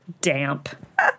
damp